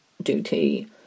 duty